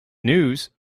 news